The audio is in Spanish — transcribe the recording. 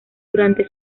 durante